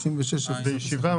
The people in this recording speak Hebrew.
לא.